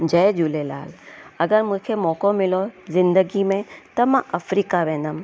जय झूलेलाल अगरि मूंखे मौक़ो मिलो ज़िंदगी में त मां अफ्रीका वेंदमि